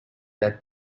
that